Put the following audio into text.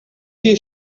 you